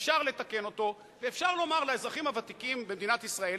אפשר לתקן אותו ואפשר לומר לאזרחים הוותיקים במדינת ישראל,